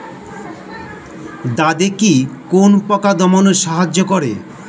দাদেকি কোন পোকা দমনে সাহায্য করে?